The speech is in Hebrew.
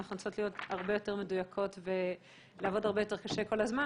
אנחנו צריכות להיות הרבה יותר מדויקות ולעבוד הרבה יותר קשה כל הזמן,